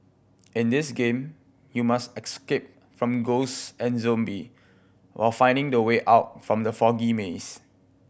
in this game you must escape from ghost and zombie while finding the way out from the foggy maze